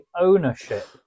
ownership